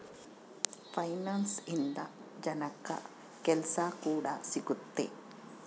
finance ಇಂದ ಜನಕ್ಕಾ ಕೆಲ್ಸ ಕೂಡ ಸಿಗುತ್ತೆ